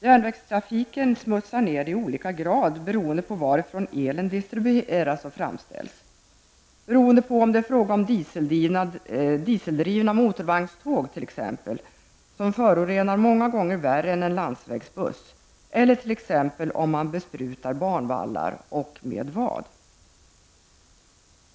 Järnvägstrafiken smutsar ned i olika grad beroende på varifrån elen distribueras och framställs och beroende på om det är fråga om dieseldrivna motorvagnståg, som förorenar många gånger värre än en landsvägsbuss, eller om man besprutar banvallar och i så fall med vad.